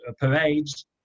parades